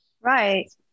Right